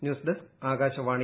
news desk Akashvani